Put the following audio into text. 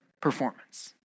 performance